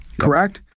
Correct